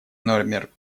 номер